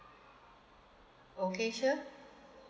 okay sure